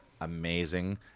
amazing